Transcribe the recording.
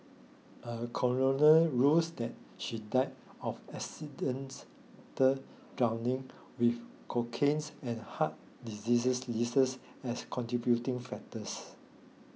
a coroner rules that she died of accidental drowning with cocaines and heart disease leases as contributing factors